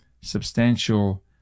substantial